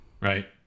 right